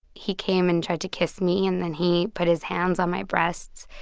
he came and tried to kiss me, and then he put his hands on my breasts,